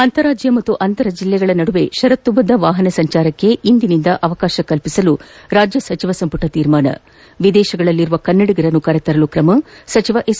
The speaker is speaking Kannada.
ಅಂತಾರಾಜ್ಞ ಮತ್ತು ಅಂತರ್ಜಿಲ್ಲೆಗಳ ನಡುವೆ ಷರತ್ತುಬದ್ದ ವಾಹನ ಸಂಚಾರಕ್ಷೆ ಇಂದಿನಿಂದ ಅವಕಾಶ ಕಲ್ಪಿಸಲು ರಾಜ್ಞ ಸಚಿವ ಸಂಪುಟ ತೀರ್ಮಾನ ವಿದೇಶಗಳಲ್ಲಿರುವ ಕನ್ನಡಿಗರನ್ನು ಕರೆತರಲು ಕ್ರಮ ಸಚಿವ ಎಸ್